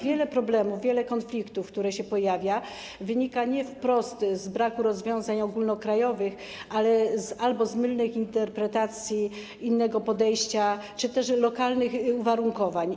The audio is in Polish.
Wiele problemów, wiele konfliktów, które się pojawiają, wynika nie wprost z braku rozwiązań ogólnokrajowych, ale z mylnych interpretacji, innego podejścia czy też lokalnych uwarunkowań.